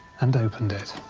and opened it.